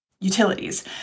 utilities